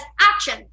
action